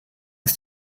ist